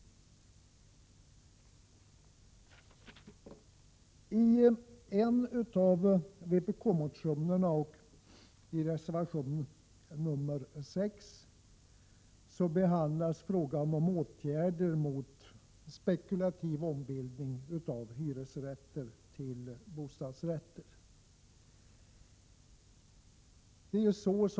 I en av vpk-motionerna och i reservation nr 6 behandlas frågan om åtgärder mot spekulativ ombildning av hyresrätter till bostadsrätter.